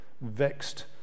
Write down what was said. vexed